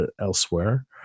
elsewhere